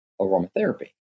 aromatherapy